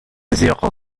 zéro